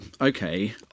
okay